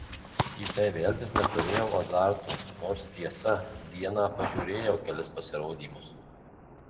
į tai veltis neturėjau azarto nors tiesa dieną pažiūrėjau kelis pasirodymus